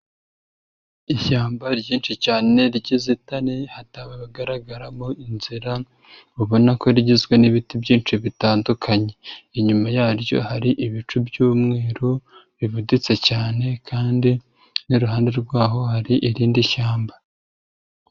Ishyamba ryinshi cyane ry'inzitane, hatagaragaramo inzira ubabona ko rigizwe n'ibiti byinshi bitandukanye, inyuma yaryo hari ibicu by'umweru bibuditse cyane kandi n'iruhande rwaho hari irindi shyamba.